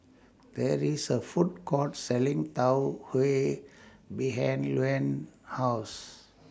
There IS A Food Court Selling Tau Huay behind Luann's House